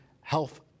health